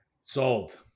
Sold